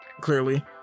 clearly